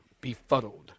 Befuddled